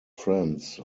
friends